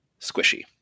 squishy